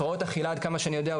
הפרעות אכילה עד כמה שאני יודע,